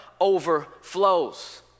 overflows